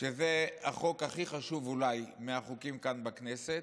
שזה החוק הכי חשוב אולי מהחוקים כאן בכנסת.